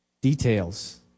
details